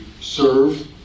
serve